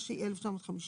זה השיבוב?